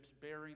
bearing